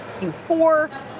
Q4